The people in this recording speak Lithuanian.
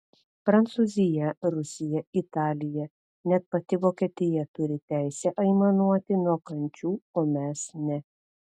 prancūzija rusija italija net pati vokietija turi teisę aimanuoti nuo kančių o mes ne